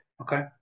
okay